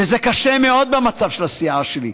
וזה קשה מאוד במצב של הסיעה שלי,